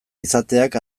izateak